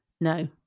no